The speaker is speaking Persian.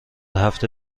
هفته